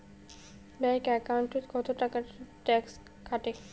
Bank একাউন্টত কতো টাকা ট্যাক্স কাটে?